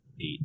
eight